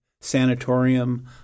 sanatorium